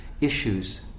issues